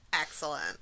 Excellent